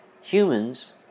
humans